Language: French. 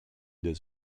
des